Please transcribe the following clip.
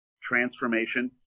transformation